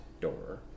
door